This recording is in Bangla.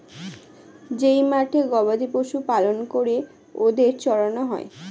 যেই মাঠে গবাদি পশু পালন করে ওদের চড়ানো হয়